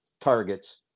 targets